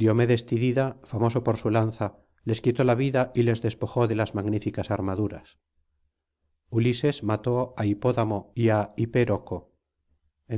diomedes tidida famoso por su lanza les quitó la vida y les despojó de las magníficas armaduras ulises mató á hipódamo y a hi pero co